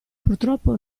purtroppo